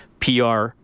PR